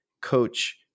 coach